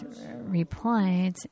replied